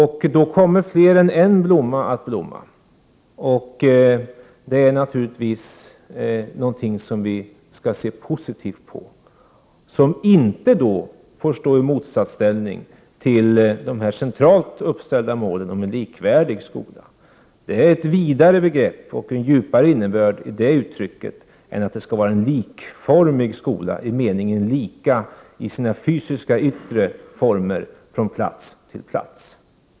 Då kommer fler än en blomma att blomma. Det är naturligtvis någonting som vi skall se positivt på och som inte får vara i motsatsställning till de centralt uppsatta målen om en likvärdig skola. Det uttrycket har en vidare och djupare innebörd. Det handlar alltså inte om att det skall vara en likformig skola som i sina fysiska yttre former är likadan på plats efter plats.